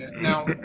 now